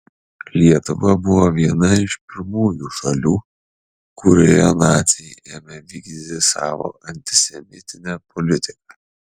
lietuva buvo viena iš pirmųjų šalių kurioje naciai ėmė vykdyti savo antisemitinę politiką